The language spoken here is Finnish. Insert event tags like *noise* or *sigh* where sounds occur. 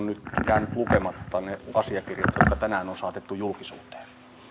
*unintelligible* nyt jääneet lukematta ne asiakirjat jotka tänään on saatettu julkisuuteen